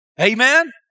Amen